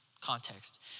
context